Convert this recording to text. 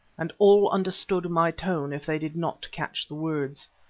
and all understood my tone if they did not catch the words.